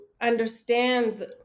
understand